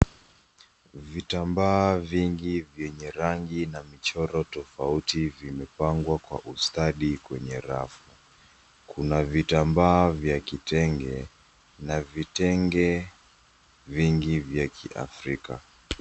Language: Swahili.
Vitamba vingi vyenye rangi na michoro tofauti vimepangwa kwa ustadi kwenye rafu. Kuna vitamba vya Kitenge na vitenge vingi vya kiafrika.